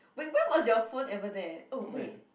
wait when was your phone ever there oh wait